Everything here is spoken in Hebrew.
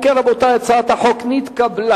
אם כן, רבותי, הצעת החוק נתקבלה.